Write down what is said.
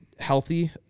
healthy